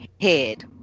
head